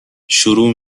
شروع